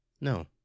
No